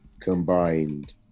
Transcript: combined